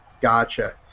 Gotcha